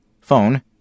Phone